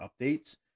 updates